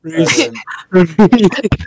Reason